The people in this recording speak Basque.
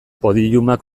podiumak